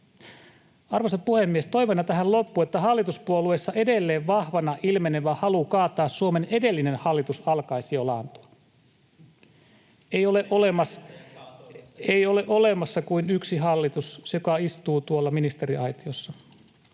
Arvoisa puhemies! Toiveena tähän loppuun, että hallituspuolueissa edelleen vahvana ilmenevä halu kaataa Suomen edellinen hallitus alkaisi jo laantua. [Timo Heinonen: Miksi? Äänestäjät kaatoivat sen!] Ei ole olemassa kuin yksi hallitus, se, joka istuu tuolla ministeriaitiossa.